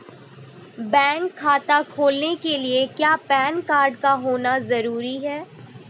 Bank खाता खोलने के लिए क्या पैन कार्ड का होना ज़रूरी है?